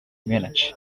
munich